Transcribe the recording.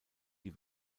die